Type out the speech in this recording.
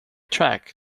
track